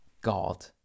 God